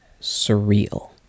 surreal